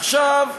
עכשיו,